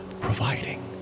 providing